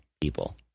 people